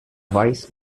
wise